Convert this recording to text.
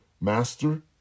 master